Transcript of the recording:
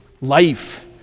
life